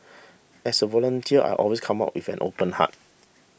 as a volunteer I always come with an open heart